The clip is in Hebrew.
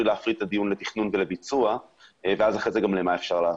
להפנות את הדיון לתכנון ולביצוע ואחר כך מה אפשר לעשות.